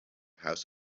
house